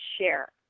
share